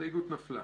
ההסתייגות נפלה.